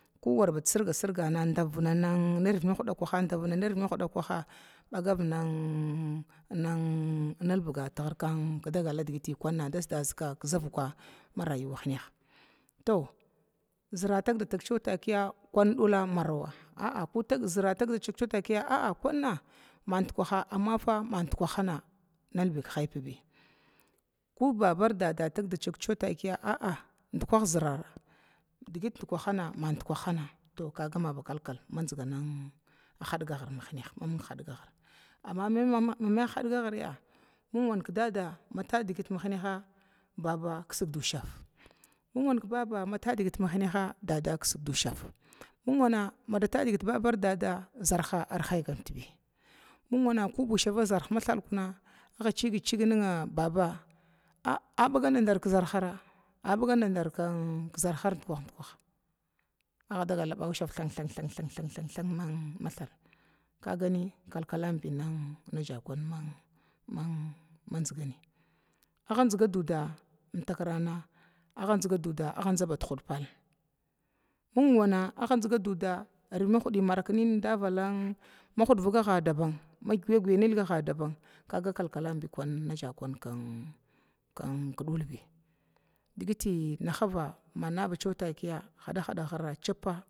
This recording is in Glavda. Kuwar bad sirga sirgana dauna nirvida dadkaha davina ərvida dadkaha nin nilbig digi dasgasiga tivuka ma rayuwa hinaha, to zəra tagda taga takiya kun dula marawai zəra tagda daga kuna ma dikwah ma zinkwa naibi hipbi kobabar di daada tagda dag a'a dikwah zərara digit dikwah hana manza dikwahhana ba kalkal mazinga hadga ghir mahnig, amma mamai hadga ghirya mingwan daada mata digit hinaha baba kisgat dushava, mingwa kidaada matalibig mahniha kisga dughava mingwana mada talbig zəraha arhaygan bi mingwana ko uushava zərha mathina agga a cigit cig nin baba abagadara ki zərhara, agga dagal daba unshav than than than kagani kalkalanbi ajakunin bi agga zinga duda amtakrana anza bad hud palla mingwa agga zinga duda digi marak nina mahudviga daban ma ghiyaga daban, kaga kalkalanbi aja kunbi ki dulbi digita tagava mana takiya ba hada ghira cippa.